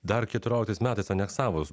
dar keturioliktais metais aneksavus